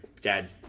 dad